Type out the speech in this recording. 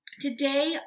today